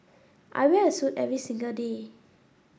I wear a suit every single day